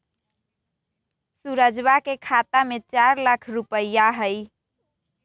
सुरजवा के खाता में चार लाख रुपइया हई